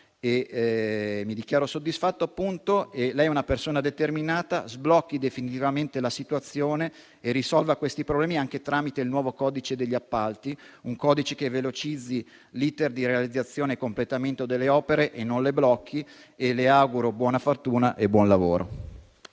risposta, signor Ministro. Lei è una persona determinata: sblocchi definitivamente la situazione e risolva questi problemi anche tramite il nuovo codice degli appalti, un codice che velocizzi l'*iter* di realizzazione e completamento delle opere e non le blocchi. Le auguro buona fortuna e buon lavoro.